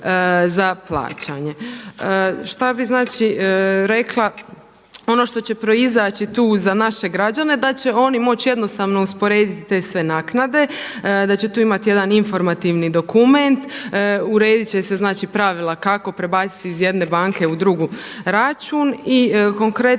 za plaćanje. Šta bi znači rekla, ono što će proizaći tu za naše građane da će oni moći jednostavno usporediti te sve naknade, da će tu imati jedan informativni dokument, urediti će se znači pravila kako prebaciti iz jedne banke u drugu račun. I konkretno